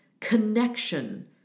connection